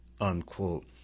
unquote